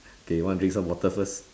K you want to drink some water first